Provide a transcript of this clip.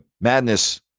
madness